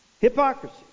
Hypocrisy